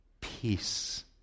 peace